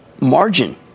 margin